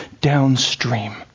downstream